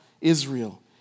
Israel